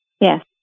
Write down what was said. Yes